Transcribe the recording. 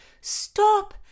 Stop